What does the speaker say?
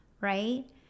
right